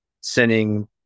sending